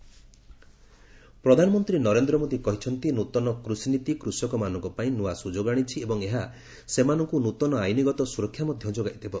PM agriculture ପ୍ରଧାନମନ୍ତ୍ରୀ ନରେନ୍ଦ୍ର ମୋଦୀ କହିଛନ୍ତି ନୂତନ କୃଷିନୀତି କୃଷକମାନଙ୍କ ପାଇଁ ନୂଆ ସୁଯୋଗ ଆଣିଛି ଏବଂ ଏହା ସେମାନଙ୍କୁ ନୂତନ ଆଇନଗତ ସୁରକ୍ଷା ମଧ୍ୟ ଯୋଗାଇ ଦେବ